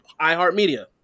iHeartMedia